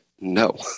no